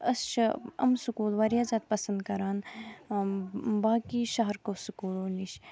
أسۍ چھِ یِم سکوٗل واریاہ زیادٕ پسند کَران باقٕے شہَرکٮ۪و سکوٗلو نِش